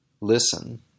listen